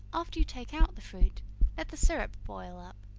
after you take out the fruit, let the syrup boil up,